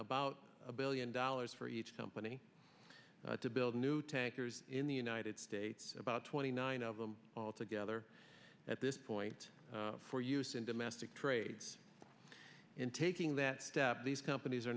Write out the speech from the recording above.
about a billion dollars for each company to build new tankers in the united states about twenty nine of them altogether at this point for use in domestic trades in taking that step these companies are